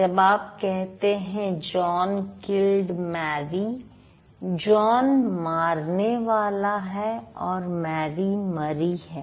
जब आप कहते हैं जॉन किल्ड मैरी जॉन मारने वाला है और मैरी मरी है